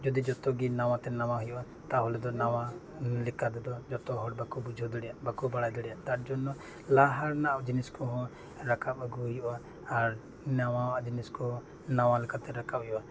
ᱡᱩᱫᱤ ᱡᱚᱛᱚ ᱜᱮ ᱱᱟᱣᱟ ᱛᱮ ᱱᱟᱣᱟ ᱦᱩᱭᱩᱜᱼᱟ ᱛᱟᱦᱚᱞᱮ ᱛᱚ ᱱᱟᱣᱟ ᱞᱮᱠᱟ ᱛᱮ ᱫᱚ ᱡᱚᱛᱚ ᱦᱚᱲ ᱵᱟᱠᱚ ᱵᱩᱡᱷᱟᱹᱣ ᱫᱟᱲᱮᱭᱟᱜᱼᱟ ᱵᱟᱠᱚ ᱵᱟᱲᱟᱭ ᱫᱟᱲᱮᱭᱟᱜᱼᱟ ᱛᱟᱨ ᱡᱚᱱᱱᱚ ᱞᱟᱦᱟ ᱨᱮᱱᱟᱜ ᱡᱤᱱᱤᱥ ᱠᱚᱦᱚᱸ ᱨᱟᱠᱟᱵ ᱟᱹᱜᱩ ᱦᱩᱭᱩᱜᱼᱟ ᱟᱨ ᱱᱟᱣᱟᱱᱟᱜ ᱡᱤᱱᱤᱥ ᱠᱚ ᱱᱟᱣᱟ ᱞᱮᱠᱟᱛᱮ ᱨᱟᱠᱟᱵᱽ ᱦᱩᱭᱩᱜᱼᱟ